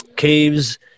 caves